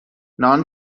نان